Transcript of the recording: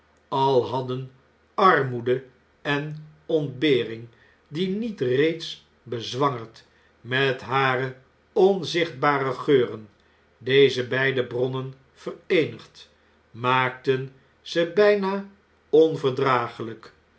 al hadden armoede en ontbering die niet reeds bezwangerd met hare onzichtbare geuren deze beide bronnen vereenigd maakten ze bn'na